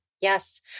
Yes